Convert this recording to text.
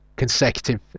consecutive